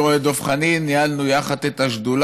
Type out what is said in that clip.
אני רואה את דב חנין, ניהלנו יחד את השדולה.